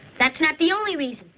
that's not the only reason.